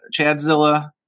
Chadzilla